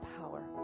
power